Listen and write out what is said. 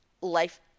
life